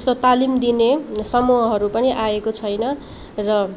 यस्तो तालिम दिने समूहहरू पनि आएको छैन र